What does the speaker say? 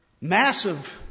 massive